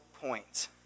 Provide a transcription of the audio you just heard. point